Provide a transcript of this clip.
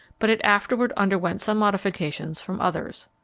but it afterward underwent some modifications from others.